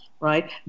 right